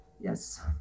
Yes